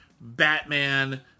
Batman